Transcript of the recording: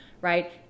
right